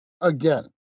again